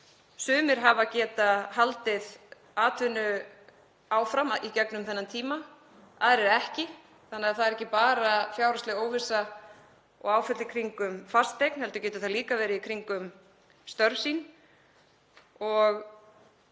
Sumir hafa getað haldið atvinnu áfram í gegnum þennan tíma, aðrir ekki, þannig að það er ekki bara fjárhagsleg óvissa og áföll í kringum fasteign heldur getur það líka átt við störf. Ég